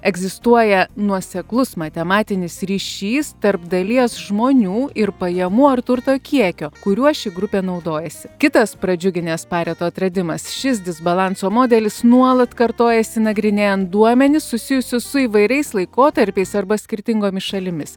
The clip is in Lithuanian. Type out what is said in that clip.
egzistuoja nuoseklus matematinis ryšys tarp dalies žmonių ir pajamų ar turto kiekio kuriuo ši grupė naudojasi kitas pradžiuginęs pareto atradimas šis disbalanso modelis nuolat kartojasi nagrinėjant duomenis susijusius su įvairiais laikotarpiais arba skirtingomis šalimis